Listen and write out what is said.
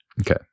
Okay